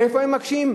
איפה הם מקשים?